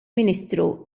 ministru